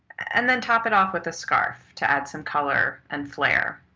and then top it off with a scarf to add some color and flair.